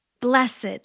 Blessed